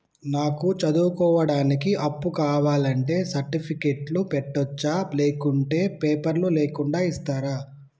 నాకు చదువుకోవడానికి అప్పు కావాలంటే సర్టిఫికెట్లు పెట్టొచ్చా లేకుంటే పేపర్లు లేకుండా ఇస్తరా?